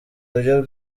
buryo